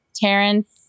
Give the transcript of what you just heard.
Terrence